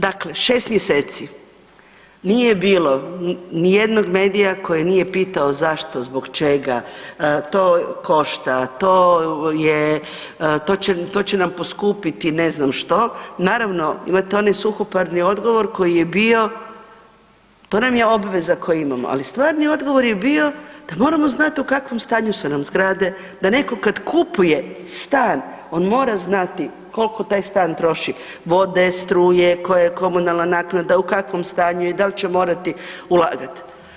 Dakle, 6 mjeseci nije bilo ni jednog medija koji nije pitao zašto, zbog čega, to košta, to je, to će nam poskupiti ne znam što, naravno imate onaj suhoparni odgovor koji je bio, to nam je obveza koju imamo, ali stvarni odgovor je bio da moramo znati u kakvom stanju su nam zgrade, da netko kad kupuje stan on mora znati koliko taj stan troši vode, struje, koja je komunalna naknada u kakvom stanju je, da li će morati ulagat.